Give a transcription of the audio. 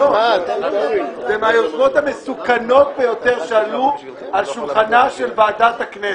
זה מהיוזמות המסוכנות ביותר שעלו על שולחנה של ועדת הכנסת,